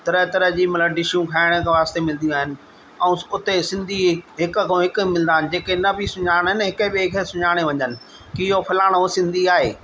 तरह तरह जी मतिलबु डिशूं खाइणु वास्ते मिलंदियूं आहिनि ऐं उते सिंधी हि हिक खां हिकु मिलंदा आहिनि जेके न बि सुञाणनि हिकु ॿिए खे सुञाणे वञनि की इहो फलाणो सिंधी आहे